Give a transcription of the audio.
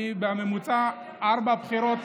אני בממוצע, ארבע בחירות